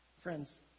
Friends